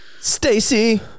Stacy